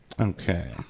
Okay